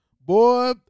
Boy